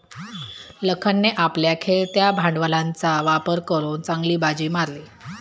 लखनने आपल्या खेळत्या भांडवलाचा वापर करून चांगली बाजी मारली